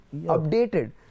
updated